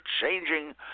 changing